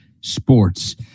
Sports